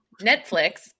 Netflix